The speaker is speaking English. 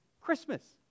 Christmas